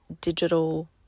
digital